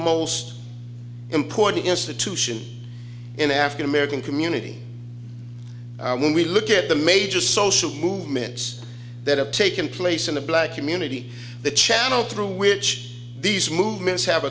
most important institution in african american community when we look at the major social movements that have taken place in the black community the channel through which these movements have